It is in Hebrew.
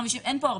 אין פה הרבה.